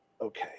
okay